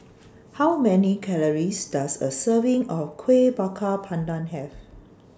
How Many Calories Does A Serving of Kuih Bakar Pandan Have